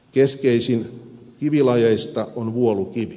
keskeisin kivilajeista on vuolukivi